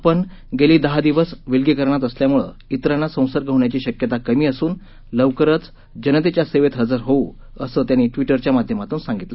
आपण गेले दहा दिवस विलगीकरणात असल्यामुळे इतरांना संसर्ग होण्याची शक्यता कमी असून लवकरच जनतेच्या सेवेत हजर होऊ असं त्यांनी ट्वीटरच्या माध्यमातून सांगितलं